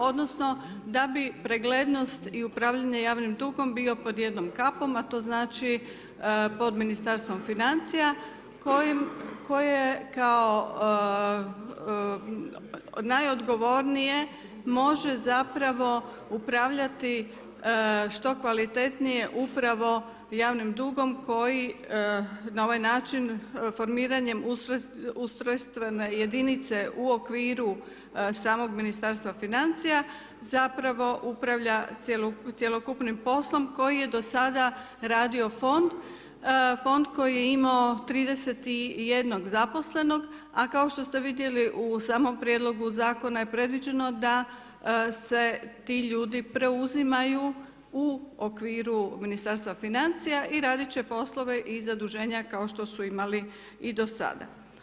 Odnosno da bi preglednost i upravljanje javnim dugom bio pod jednom kapom, a to znači pod Ministarstvom financija koje kao najodgovornije može zapravo upravljati što kvalitetnije upravo javnim dugom koji na ovaj način formiranjem ustrojstvene jedinice u okviru samog Ministarstva financija upravlja cjelokupnim poslom koji je do sada radio fond, fond koji je imao 31 zaposlenog a kao šte vidjeli u samom prijedlogu zakona je predviđeno da se ti ljudi preuzimaju u okviru Ministarstva financija i radi će poslove i zaduženja kao što su imali i do sada.